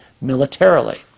militarily